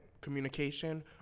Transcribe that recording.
communication